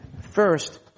first